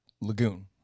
Lagoon